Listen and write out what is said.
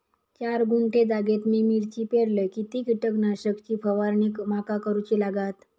चार गुंठे जागेत मी मिरची पेरलय किती कीटक नाशक ची फवारणी माका करूची लागात?